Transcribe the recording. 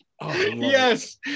Yes